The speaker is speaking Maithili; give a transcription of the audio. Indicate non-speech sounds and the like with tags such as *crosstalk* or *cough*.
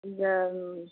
*unintelligible*